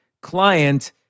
client